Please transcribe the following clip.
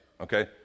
Okay